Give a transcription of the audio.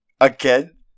Again